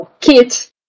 kids